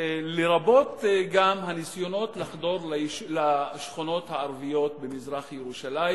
לרבות גם הניסיונות לחדור לשכונות הערביות במזרח-ירושלים.